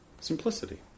Simplicity